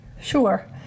Sure